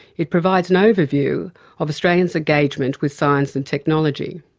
it provides an overview of australians' engagement with science and technology.